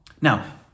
Now